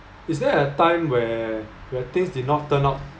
is there a time where where things did not turn out